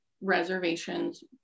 reservations